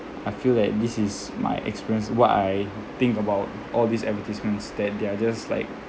I feel that this is my experience what I think about all these advertisements that they are just like